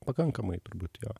pakankamai turbūt jo